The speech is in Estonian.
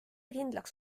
kindlaks